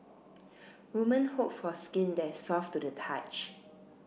women hope for skin that is soft to the touch